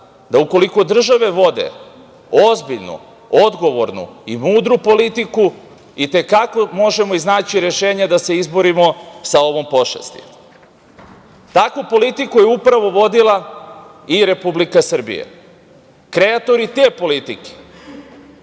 da ukoliko države vode ozbiljnu i odgovornu i mudru politiku, i te kako možemo naći rešenje da se izborimo, sa ovom pošasti. Takvu politiku je upravo vodila i Republika Srbija. Kreatori te politike,